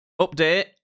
update